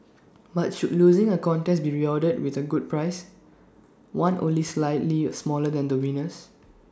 but should losing A contest be rewarded with A good prize one only slightly smaller than the winner's